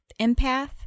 empath